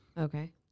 Okay